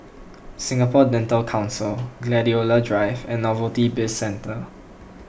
Singapore Dental Council Gladiola Drive and Novelty Bizcentre